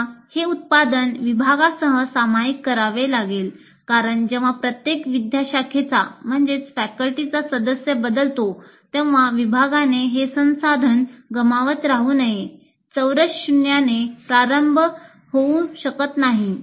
आपल्याला हे उत्पादन विभागासह सामायिक करावे लागेल कारण जेव्हा प्रत्येक विद्याशाखेचा सदस्य बदलतो तेव्हा विभागाने हे संसाधन गमावत राहू नये चौरस शून्याने प्रारंभ होऊ शकत नाही